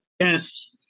Yes